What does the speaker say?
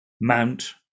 mount